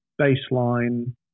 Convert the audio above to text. baseline